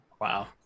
Wow